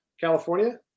California